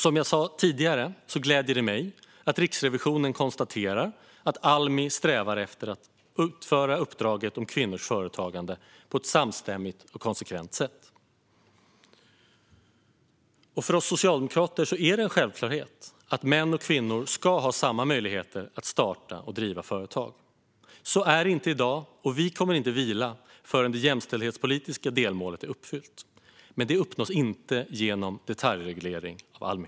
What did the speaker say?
Som jag sa tidigare är jag glad över att Riksrevisionen konstaterar att "Almi strävar efter att utföra uppdraget om kvinnors företagande på ett samstämmigt och konsekvent sätt". Det är en självklarhet för oss socialdemokrater att män och kvinnor ska ha samma möjligheter att starta och driva företag. Så är det inte i dag, och vi kommer inte att vila förrän det jämställdhetspolitiska delmålet är uppfyllt. Men det uppnås inte genom detaljreglering av Almi.